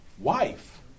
wife